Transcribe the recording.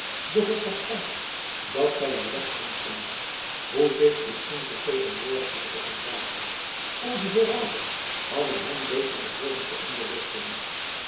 doch het was tijd dat zij een les ontvingen hoe zich in onze tegenwoordigheid te gedragen onze herauten hadden hen beter behooren te